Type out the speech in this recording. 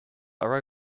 are